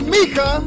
Mika